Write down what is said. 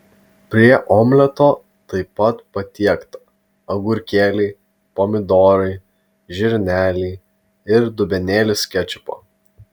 prie omleto taip pat patiekta agurkėliai pomidorai žirneliai ir dubenėlis kečupo